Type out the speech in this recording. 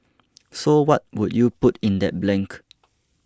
so what would you put in that blank